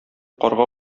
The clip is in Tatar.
карга